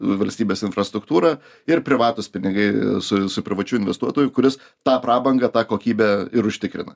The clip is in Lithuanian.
valstybės infrastruktūra ir privatūs pinigai su su privačiu investuotoju kuris tą prabangą tą kokybę ir užtikrina